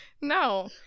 no